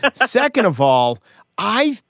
but second of all i.